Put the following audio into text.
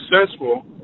successful